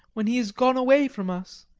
when he is gone away from us?